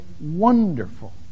wonderful